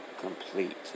complete